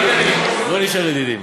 מיקי, בוא נישאר ידידים.